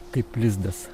kaip lizdas